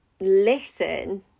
listen